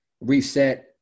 reset